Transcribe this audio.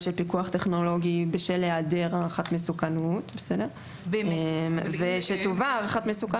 שלפיקוח טכנולוגי בשל היעדר הערכת מסוכנות ושתובא הערכת מסוכנות.